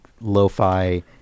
lo-fi